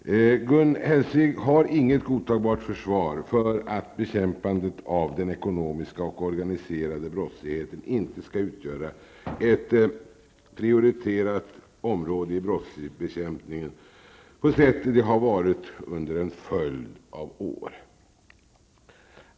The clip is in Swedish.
Gun Hellsvik har inget godtagbart försvar för att bekämpandet av den ekonomiska och organiserade brottsligheten inte skall utgöra ett prioriterat område i brottsbekämpningen på sätt det varit under en följd av år.